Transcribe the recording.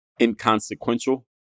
inconsequential